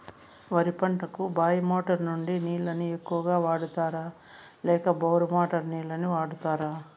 వరి పంటకు బాయి మోటారు నుండి నీళ్ళని ఎక్కువగా వాడుతారా లేక బోరు మోటారు నీళ్ళని వాడుతారా?